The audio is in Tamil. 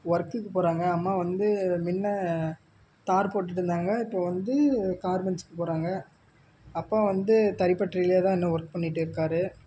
ஒர்க்குக்கு போகிறாங்க அம்மா வந்து முன்ன தார் போட்டுகிட்டு இருந்தாங்க இப்போ வந்து கார்மெண்ட்ஸுக்கு போகிறாங்க அப்பா வந்து தறிப்பட்டறையிலே தான் இன்னும் ஒர்க் பண்ணிகிட்டு இருக்கார்